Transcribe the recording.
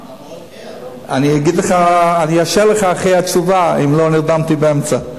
אני אאשר לך אחרי התשובה אם לא נרדמתי באמצע.